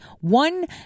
one